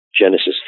Genesis